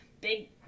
big